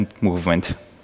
movement